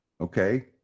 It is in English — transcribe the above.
okay